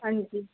अंजी